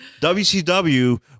WCW